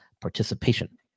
participation